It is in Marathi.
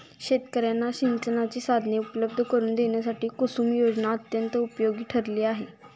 शेतकर्यांना सिंचनाची साधने उपलब्ध करून देण्यासाठी कुसुम योजना अत्यंत उपयोगी ठरली आहे